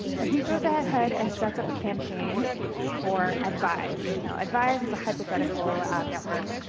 and he goes ahead and sets up campaign for advise. now, advise is a hypothetical ad network,